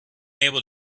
able